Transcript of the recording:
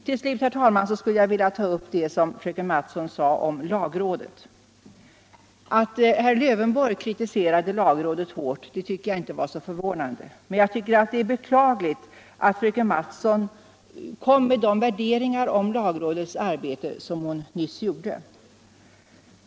Till slut, herr talman, skulle jag vilja ta upp det som fröken Mattson sade om lagrådet. Att herr Lövenborg kritiserade lagrådet tycker jag inte är så förvånande, men jag tycker det är beklagligt att fröken Mattson kom med de värderingar av lagrådets arbete som hon nyss gjorde.